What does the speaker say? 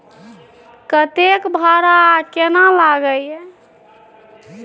कतेक भाड़ा आ केना लागय ये?